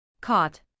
Caught